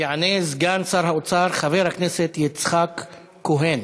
יענה סגן שר האוצר חבר הכנסת יצחק כהן.